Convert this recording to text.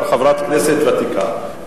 את כבר חברת כנסת ותיקה.